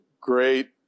great